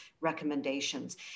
recommendations